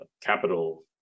capital